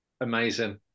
Amazing